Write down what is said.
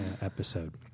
episode